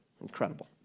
Incredible